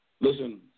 Listen